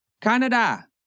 Canada